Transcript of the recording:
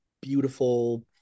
beautiful